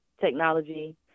technology